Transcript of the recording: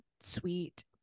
sweet